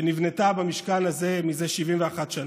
שנבנית במשכן הזה זה 71 שנה.